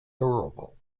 durable